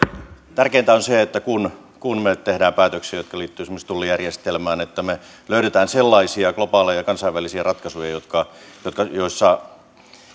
tärkeintä on se että kun kun me teemme päätöksiä jotka liittyvät esimerkiksi tullijärjestelmään me löydämme sellaisia globaaleja kansainvälisiä ratkaisuja joissa